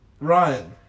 Ryan